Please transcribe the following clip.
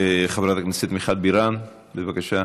חברת הכנסת מיכל בירן, בבקשה.